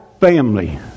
family